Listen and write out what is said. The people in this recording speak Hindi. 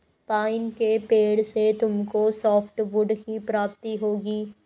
पाइन के पेड़ से तुमको सॉफ्टवुड की प्राप्ति होगी